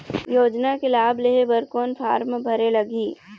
योजना के लाभ लेहे बर कोन फार्म भरे लगही?